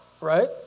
right